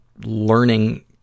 learning